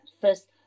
first